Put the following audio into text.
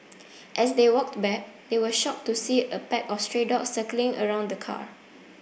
as they walked back they were shocked to see a pack of stray dogs circling around the car